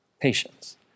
patience